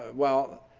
well,